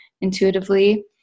intuitively